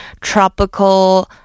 tropical